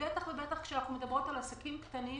ובטח ובטח כשאנחנו מדברות על עסקים קטנים